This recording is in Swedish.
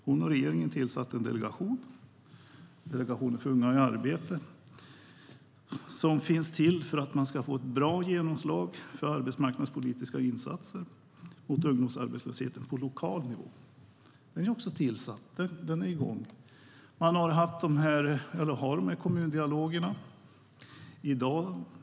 Hon och regeringen tillsatte en delegation, Delegationen för unga till arbete, som finns till för att arbetsmarknadspolitiska insatser mot ungdomsarbetslösheten ska få bra genomslag på lokal nivå. Den är också igång. Man har haft och har kommundialoger.